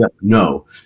No